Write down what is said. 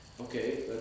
okay